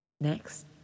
Next